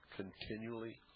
continually